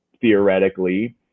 theoretically